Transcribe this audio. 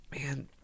Man